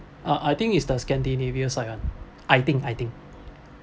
uh I think is the scandinavian side one I think I think